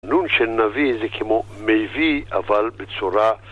נון של נביא זה כמו מביא, אבל בצורה...